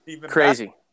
Crazy